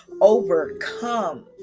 overcome